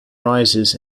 rises